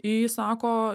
į sako